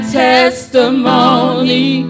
testimony